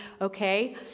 okay